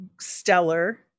stellar